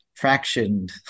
Fractioned